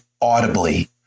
audibly